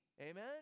amen